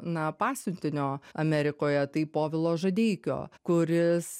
na pasiuntinio amerikoje tai povilo žadeikio kuris